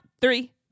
Three